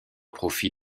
profit